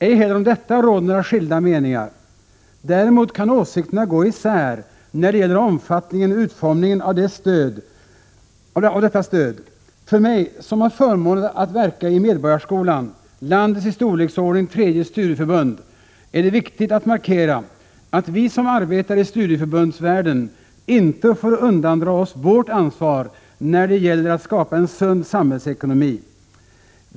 Ej heller om detta råder några skilda meningar. Däremot kan åsikterna gå isär när det gäller omfattningen och utformningen av detta stöd. För mig, som har förmånen att verka i Medborgarskolan, landets i storleksordningen tredje studieförbund, är det viktigt att markera att vi som arbetar i studieförbundsvärlden inte får undandra oss vårt ansvar när det gäller att skapa en sund samhällsekonomi.